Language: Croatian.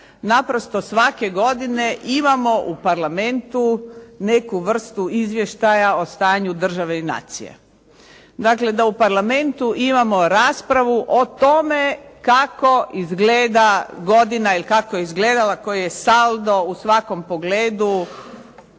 naprosto svake godine imamo u Parlamentu neku vrstu izvještaja o stanju države i nacije. Dakle da u Parlamentu imamo raspravu o tome kako izgleda godina ili kako je izgledala, koji je saldo u svakom pogledu